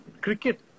Cricket